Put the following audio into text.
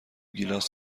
گیلاس